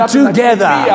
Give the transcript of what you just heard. together